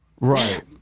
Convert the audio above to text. Right